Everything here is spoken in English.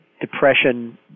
depression